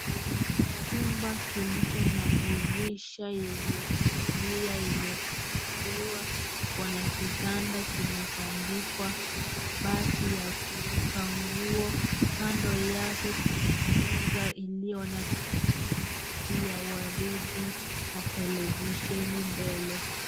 Chumba kilicho na dirisha yenye pazia imefunguliwa, iko na kitanda kimetandikwa, kabati ya kuweka nguo. Kando yake kuna meza iliyo na kiti ya rangi ya waridi na televisheni mbele.